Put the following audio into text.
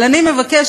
אבל אני מבקשת